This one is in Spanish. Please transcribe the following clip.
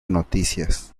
noticias